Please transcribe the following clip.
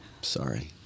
sorry